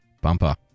bumper